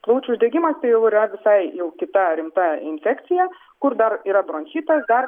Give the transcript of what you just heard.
plaučių uždegimas tai jau yra visai jau kita rimta infekcija kur dar yra bronchitas dar